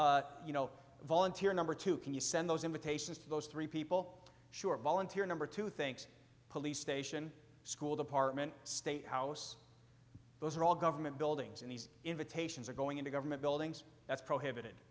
group you know volunteer number two can you send those invitations to those three people sure volunteer number two thinks police station school department state house those are all government buildings in these invitations are going into government buildings that's prohibited